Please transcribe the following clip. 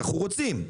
ואנחנו רוצים,